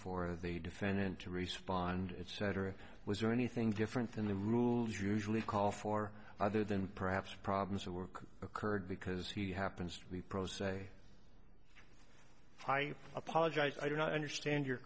for the defendant to respond it's cetera was there anything different than the rules usually call for other than perhaps problems of work occurred because he happens to be pro se i apologize i do not understand your